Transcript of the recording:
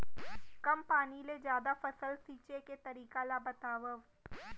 कम पानी ले जादा फसल सींचे के तरीका ला बतावव?